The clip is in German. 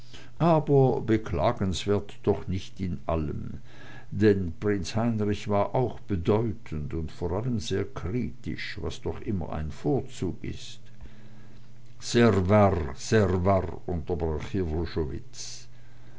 aber beklagenswert doch nicht in allem denn prinz heinrich war auch bedeutend und vor allem sehr kritisch was doch immer ein vorzug ist sehr warr sehr warr unterbrach